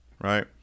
right